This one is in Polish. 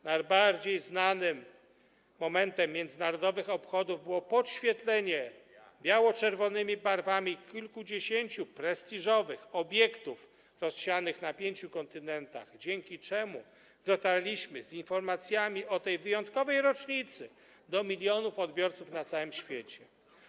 Najbardziej znanym momentem międzynarodowych obchodów było podświetlenie biało-czerwonymi barwami kilkudziesięciu prestiżowych obiektów rozsianych na pięciu kontynentach, dzięki czemu dotarliśmy z informacjami o tej wyjątkowej rocznicy do milionów odbiorców na całym świecie.